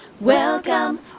welcome